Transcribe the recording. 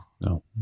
No